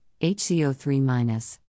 HCO3-